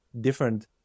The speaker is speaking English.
different